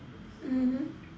mmhmm